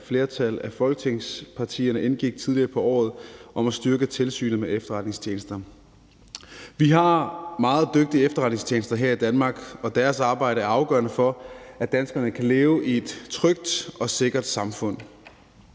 flertal af Folketingets partier indgik tidligere på året om at styrke Tilsynet med Efterretningstjenesterne. Vi har meget dygtige efterretningstjenester her i Danmark, og deres arbejde er afgørende for, at danskerne kan leve i et trygt og sikkert samfund.